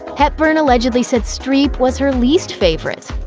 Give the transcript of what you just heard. hepburn allegedly said streep was her least favorite.